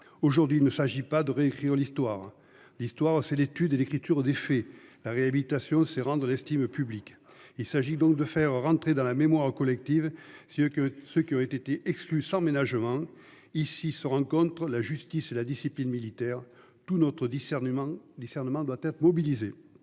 Aujourd'hui, il ne s'agit pas de réécrire l'histoire, l'histoire, c'est l'étude et l'écriture des faits. La réhabilitation, c'est rendre estime public. Il s'agit donc de faire rentrer dans la mémoire collective si tu veux que ce qui aurait été exclues sans ménagement ici se rencontrent la justice et la discipline militaire. Tout notre discernement discernement doit être mobilisés.